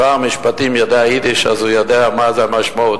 שר המשפטים יודע יידיש אז הוא יודע מהי המשמעות,